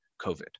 COVID